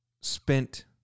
spent